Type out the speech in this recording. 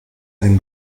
ein